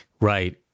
Right